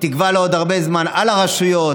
שתגבה לעוד הרבה זמן, על הרשויות,